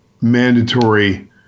mandatory